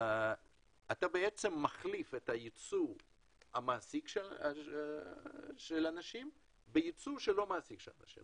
אתה בעצם מחליף את הייצוא שמעסיק אנשים בייצוא שלא מעסיק של אנשים.